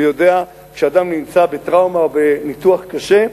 והוא יודע שכשאדם נמצא בטראומה או בניתוח קשה,